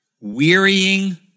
wearying